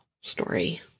story